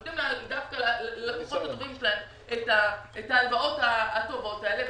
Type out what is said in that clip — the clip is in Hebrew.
נותנים דווקא ללקוחות הטובים שלהם את ההלוואות הטובות האלה,